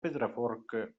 pedraforca